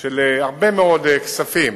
של הרבה מאוד כספים